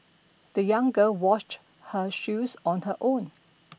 the young girl washed her shoes on her own